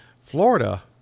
Florida